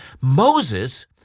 Moses